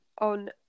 on